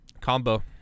Combo